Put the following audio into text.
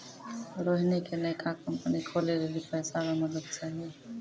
रोहिणी के नयका कंपनी खोलै लेली पैसा रो मदद चाहियो